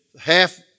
half